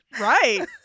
Right